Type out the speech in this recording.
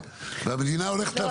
והמדינה הולכת להפסיד.